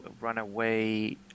runaway